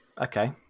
Okay